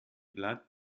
blatt